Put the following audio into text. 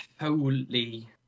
holy